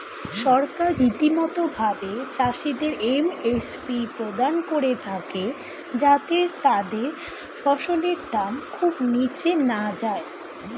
সরকার রীতিমতো ভাবে চাষিদের এম.এস.পি প্রদান করে থাকে যাতে তাদের ফসলের দাম খুব নীচে না যায়